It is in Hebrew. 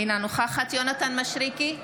אינה נוכחת יונתן מישרקי,